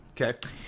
Okay